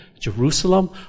Jerusalem